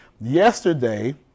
Yesterday